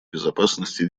безопасности